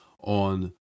on